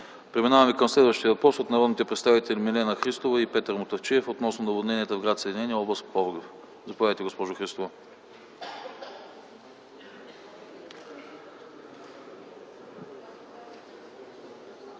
Преминаваме към следващия въпрос от народните представители Милена Христова и Петър Мутафчиев относно наводненията в гр. Съединение, област Пловдив. Заповядайте, госпожо Христова.